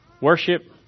worship